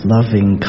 Loving